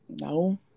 No